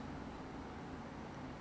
没有没有没有什么飞机 lor